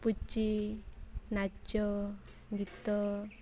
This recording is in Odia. ପୁଚି ନାଚ ଗୀତ